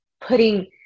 putting